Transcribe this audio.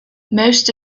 most